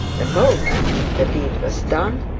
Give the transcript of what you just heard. the moment the deed was done,